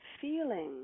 feeling